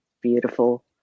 beautiful